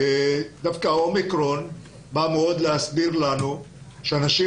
דווקא ה-אומיקרון בא להסביר לנו שאנשים